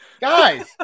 Guys